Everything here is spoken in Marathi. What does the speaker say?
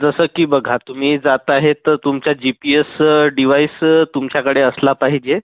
जसं की बघा तुम्ही जात आहेत तर तुमच्या जी पी एस डिवाइस तुमच्याकडे असला पाहिजे